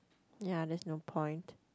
ya there's no point